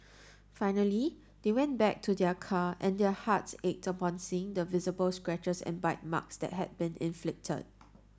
finally they went back to their car and their hearts ached upon seeing the visible scratches and bite marks that had been inflicted